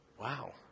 Wow